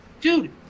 Dude